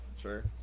sure